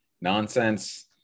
nonsense